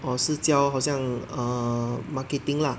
我是教好像 err marketing lah